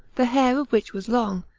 the hair of which was long,